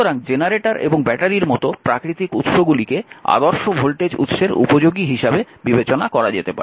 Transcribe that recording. সুতরাং জেনারেটর এবং ব্যাটারির মতো প্রাকৃতিক উৎসগুলিকে আদর্শ ভোল্টেজ উৎসের উপযোগী হিসাবে বিবেচনা করা যেতে পারে